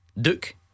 Duke